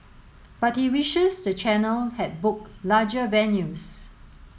but he wishes the channel had booked larger venues